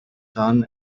son